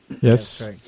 Yes